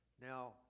Now